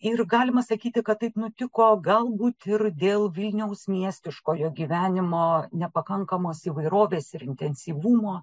ir galima sakyti kad taip nutiko galbūt ir dėl vilniaus miestiškojo gyvenimo nepakankamos įvairovės ir intensyvumo